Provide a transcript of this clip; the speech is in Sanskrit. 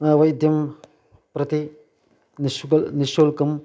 वैद्यं प्रति निश्बल् निःशुल्कं